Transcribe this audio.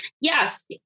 Yes